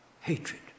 hatred